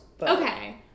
Okay